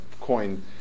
coin